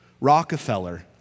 Rockefeller